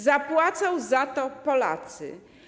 Zapłacą za to Polacy.